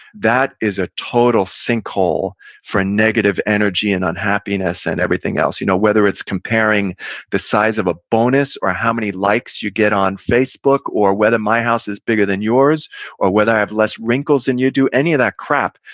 that is a total sinkhole for a negative energy and unhappiness and everything else you know whether it's comparing the size of a bonus or how many likes you get on facebook or whether my house is bigger than yours or whether i have less wrinkles then and you do, any of that crap.